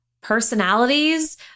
personalities